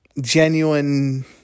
genuine